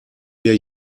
wir